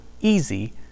easy